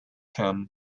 him